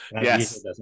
Yes